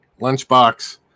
lunchbox